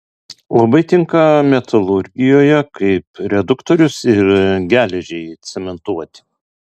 labai tinka metalurgijoje kaip reduktorius ir geležiai cementuoti